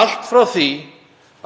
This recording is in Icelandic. allt frá því